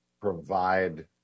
provide